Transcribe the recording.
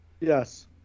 Yes